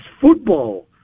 football